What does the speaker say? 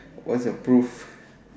where's the proof